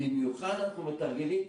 במיוחד אנחנו מתרגלים,